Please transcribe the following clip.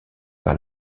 par